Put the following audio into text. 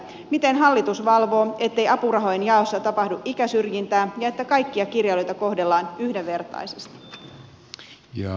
miten hallitus valvoo ettei apurahojen jaossa tapahdu ikäsyrjintää ja että kaikkia kirjailijoita kohdellaan yhdenvertaisesti